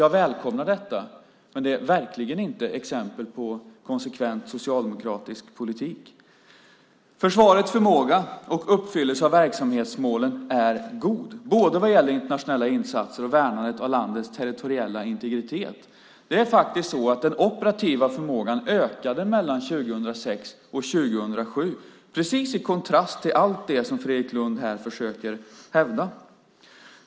Jag välkomnar detta, men det är verkligen inte exempel på konsekvent socialdemokratisk politik. Försvarets förmåga och uppfyllelse av verksamhetsmålen är god, både vad gäller internationella insatser och värnandet av landets territoriella integritet. Det är faktiskt så att den operativa förmågan ökade mellan 2006 och 2007, precis i kontrast till allt det som Fredrik Lundh här försöker hävda.